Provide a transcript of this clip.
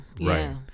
right